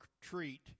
treat